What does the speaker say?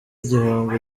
igihombo